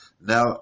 Now